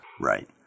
Right